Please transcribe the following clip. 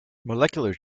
molecular